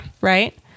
Right